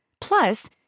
Plus